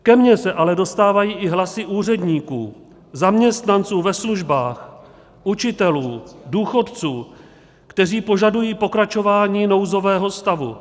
Ke mně se ale dostávají i hlasy úředníků, zaměstnanců ve službách, učitelů, důchodců, kteří požadují pokračování nouzového stavu.